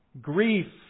Grief